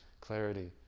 clarity